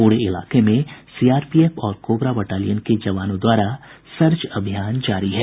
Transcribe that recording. पूरे इलाके में सीआरपीएफ और कोबरा बटालियन के जवानों द्वारा सर्च अभियान जारी है